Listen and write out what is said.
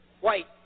white